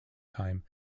time